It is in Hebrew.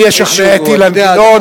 אני אשכנע את אילן גילאון,